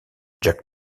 jack